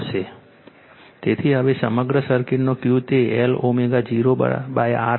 તેથી હવે સમગ્ર સર્કિટનો Q તે Lω0 R હશે